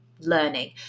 learning